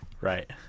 Right